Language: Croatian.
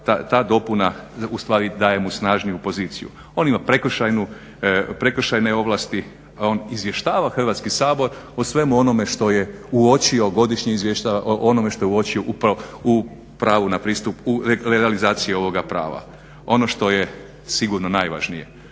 ta dopuna ustvari daje mu snažniju poziciju. On ima prekršajnu, prekršajne ovlasti, on izvještava Hrvatski sabor o svemu onome što je uočio, godišnje izvještava o onome što je uočio upravo u pravu na pristup, u realizaciji ovoga prava. Ono što je sigurno najvažnije,